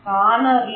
స్కానర్లు